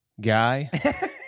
Guy